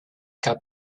cas